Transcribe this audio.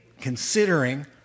considering